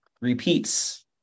repeats